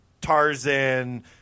Tarzan